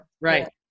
right